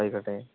ആയിക്കോട്ടെ